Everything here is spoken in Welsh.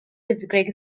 wyddgrug